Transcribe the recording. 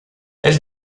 elle